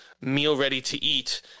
meal-ready-to-eat